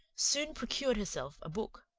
soon procured herself a book.